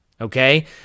Okay